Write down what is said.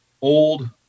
old